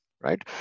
right